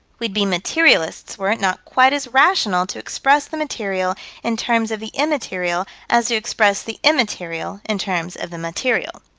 we'd be materialists were it not quite as rational to express the material in terms of the immaterial as to express the immaterial in terms of the material.